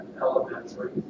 elementary